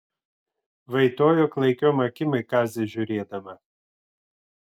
vaitojo klaikiom akim į kazį žiūrėdama